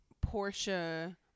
Portia